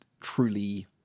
truly